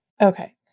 okay